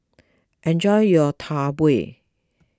enjoy your Tau Huay